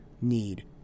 need